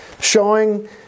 showing